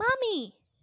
Mommy